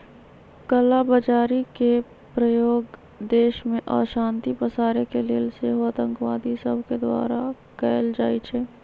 कला बजारी के प्रयोग देश में अशांति पसारे के लेल सेहो आतंकवादि सभके द्वारा कएल जाइ छइ